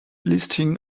listing